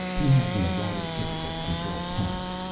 he has an erratic, difficult-to-control talent.